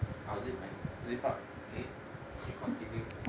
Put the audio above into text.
I'll zip man zip up okay you continue